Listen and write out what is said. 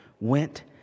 went